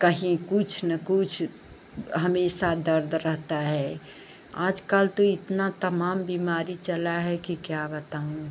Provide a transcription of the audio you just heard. कहीं कुछ न कुछ हमेशा दर्द रहता है आजकल तो इतनी तमाम बीमारी चली है कि क्या बताऊँ